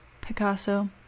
Picasso